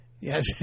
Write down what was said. Yes